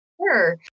Sure